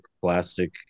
plastic